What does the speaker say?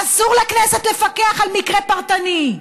אסור לכנסת לפקח על מקרה פרטני.